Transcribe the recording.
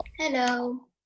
Hello